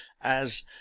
as—